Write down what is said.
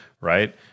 right